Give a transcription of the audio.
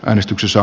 äänestyksessä